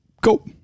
Go